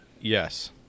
Yes